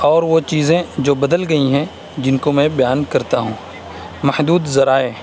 اور وہ چیزیں جو بدل گئی ہیں جن کو میں بیان کرتا ہوں محدود ذرائع